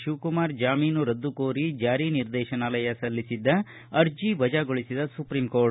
ಶಿವಕುಮಾರ್ ಜಾಮೀನು ರದ್ದು ಕೋರಿ ಜಾರಿ ನಿರ್ದೇಶನಾಲಯ ಸಲ್ಲಿಸಿದ್ದ ಅರ್ಜಿ ವಜಾಗೊಳಿಸಿದ ಸುಪ್ರಿಂ ಕೋರ್ಟ